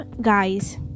guys